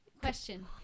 Question